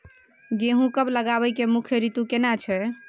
गेहूं कब लगाबै के मुख्य रीतु केना छै?